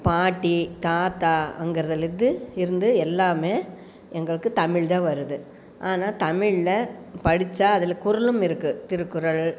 பாட்டி தாத்தாங்கிறதுலேருந்து இருந்து எல்லாம் எங்களுக்கு தமிழ் தான் வருது ஆனால் தமிழில் படிச்சால் அதில் குறலும் இருக்குது திருக்குறள்